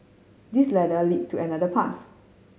this ladder leads to another path